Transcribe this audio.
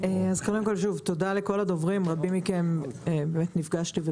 כולנו יוצאים מכאן עם מטען כבד ורגשי,